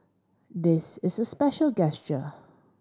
this is a special gesture